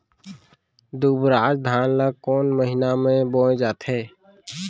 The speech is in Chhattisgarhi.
दुबराज धान ला कोन महीना में बोये जाथे?